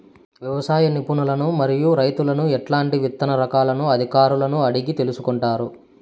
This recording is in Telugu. వ్యవసాయ నిపుణులను మరియు రైతులను ఎట్లాంటి విత్తన రకాలను అధికారులను అడిగి తెలుసుకొంటారు?